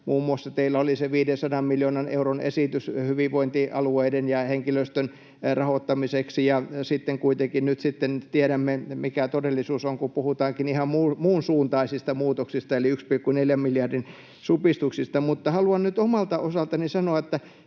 Muun muassa teillä oli se 500 miljoonan euron esitys hyvinvointialueiden ja henkilöstön rahoittamiseksi, ja kuitenkin nyt sitten tiedämme, mikä todellisuus on, kun puhutaankin ihan muunsuuntaisista muutoksista eli 1,4 miljardin supistuksista. Haluan nyt omalta osaltani sanoa, että